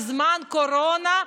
בזמן קורונה,